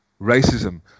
racism